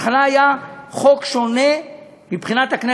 בהתחלה היה חוק שונה לחלוטין,